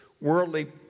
worldly